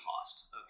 cost